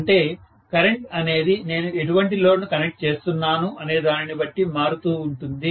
అంటే కరెంట్ అనేది నేను ఎటువంటి లోడ్ ను కనెక్ట్ చేస్తున్నాను అనే దానిని బట్టి మారుతూ ఉంటుంది